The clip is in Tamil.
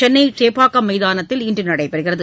சென்னை சேப்பாக்கம் மைதானத்தில் இன்று நடைபெறுகிறது